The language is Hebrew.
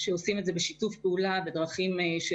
ועושים את זה בשיתוף פעולה ובדרכים של